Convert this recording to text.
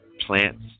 Plants